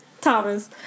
Thomas